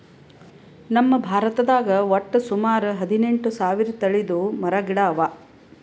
ನಮ್ ಭಾರತದಾಗ್ ವಟ್ಟ್ ಸುಮಾರ ಹದಿನೆಂಟು ಸಾವಿರ್ ತಳಿದ್ ಮರ ಗಿಡ ಅವಾ